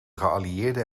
geallieerden